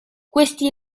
questi